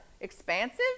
Expansive